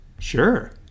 Sure